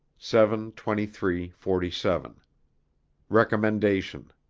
seven twenty three forty seven recommendation